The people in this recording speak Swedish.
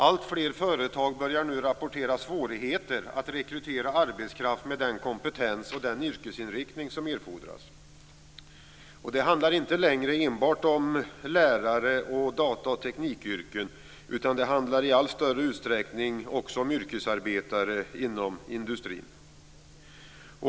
Alltfler företag börjar nu rapportera om svårigheter att rekrytera arbetskraft med den kompetens och yrkesinriktning som fordras. Det handlar inte längre enbart om lärare och data och teknikyrken, utan det handlar i allt större utsträckning också om yrkesarbetare inom industrin.